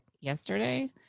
yesterday